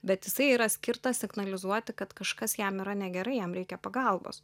bet jisai yra skirtas signalizuoti kad kažkas jam yra negerai jam reikia pagalbos